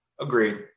Agreed